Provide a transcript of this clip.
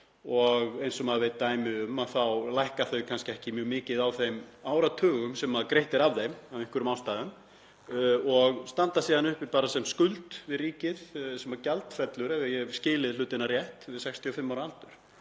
Eins og maður veit dæmi um þá lækka þau kannski ekki mjög mikið á þeim áratugum sem greitt er af þeim af einhverjum ástæðum og standa síðan uppi sem skuld við ríkið sem gjaldfellur, ef ég hef skilið hlutina rétt, við 65 ára aldur.